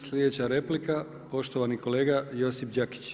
Sljedeća replika, poštovani kolega Josip Đakić.